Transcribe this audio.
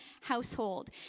household